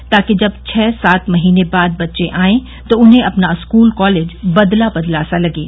ताकि जब छह सात महीने बाद बच्चे आएं तो उन्हें अपना स्कूल कालेज बदला बदला सा लगे